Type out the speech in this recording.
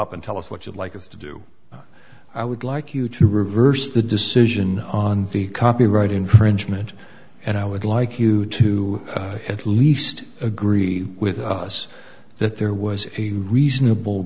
up and tell us what you'd like us to do i would like you to reverse the decision on the copyright infringement and i would like you to at least agree with us that there was a reasonable